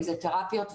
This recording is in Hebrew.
אם זאת תרפיות וכדומה.